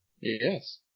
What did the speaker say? Yes